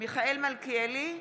מיכאל מלכיאלי,